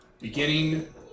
Beginning